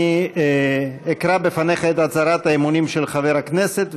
אני אקרא לפניך את הצהרת האמונים של חבר הכנסת,